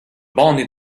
banne